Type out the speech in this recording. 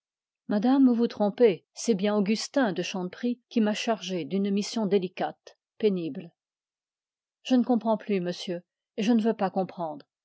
madame vous vous trompez c'est bien augustin de chanteprie qui m'a chargé d'une mission délicate pénible je ne comprends plus et je ne veux pas comprendre